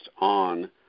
on